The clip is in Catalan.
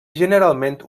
generalment